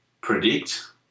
predict